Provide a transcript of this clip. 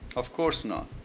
of course not.